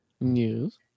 News